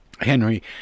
Henry